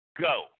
go